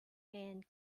and